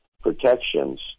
protections